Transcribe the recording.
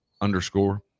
underscore